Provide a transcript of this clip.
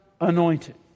anointed